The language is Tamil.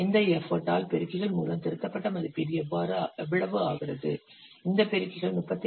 இந்த எஃபர்ட் ஆல் பெருக்கிகள் மூலம் திருத்தப்பட்ட மதிப்பீடு எவ்வளவு ஆகிறது இந்த பெருக்கிகள் 35